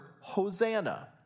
hosanna